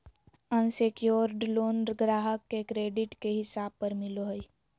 unsecured loan ग्राहक के credit के हिसाब पर मिलो हय